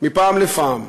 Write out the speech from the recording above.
מפעם לפעם,